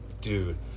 dude